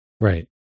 Right